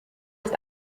ist